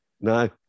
No